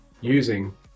using